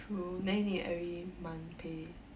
maybe you every month pay